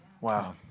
Wow